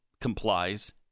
complies